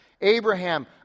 Abraham